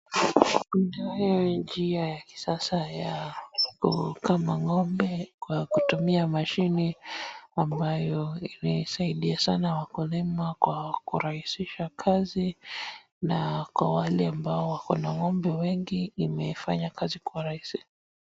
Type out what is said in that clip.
Kutumia njia ya kisasa ya kukama ng'ombe kwa kutumia mashini ambayo inasaidia sana wakulima kwa kurahisisha kazi na kwa wale ambao wakona ng'ombe wengi imefanya kazi kuwa rahisi.